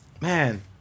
man